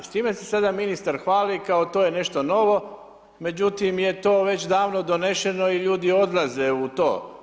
S time se sada ministar hvali, kao to je nešto novo, međutim, je to već davno donešeno i ljudi odlaze u to.